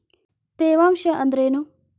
ತೇವಾಂಶ ಅಂದ್ರೇನು?